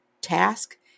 task